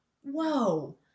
whoa